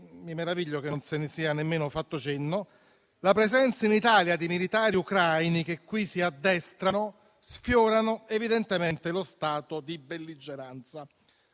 mi meraviglio che non se ne sia nemmeno fatto cenno - la presenza in Italia di militari ucraini che qui si addestrano sfiora evidentemente lo stato di belligeranza.